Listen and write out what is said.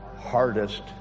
hardest